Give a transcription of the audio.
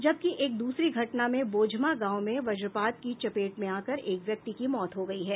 जबकि एक दूसरी घटना में बोझमा गांव में वज्रपात की चपेट में आकर एक व्यक्ति की मौत हो गई है